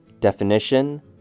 Definition